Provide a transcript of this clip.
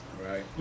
Right